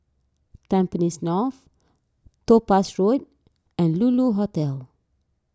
Tampines North Topaz Road and Lulu Hotel